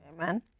Amen